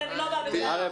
ואת